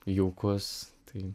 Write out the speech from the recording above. jaukus tai